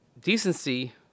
decency